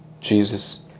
Jesus